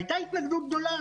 והייתה התנגדות גדולה,